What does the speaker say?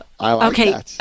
Okay